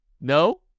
No